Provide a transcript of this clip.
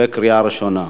בקריאה ראשונה.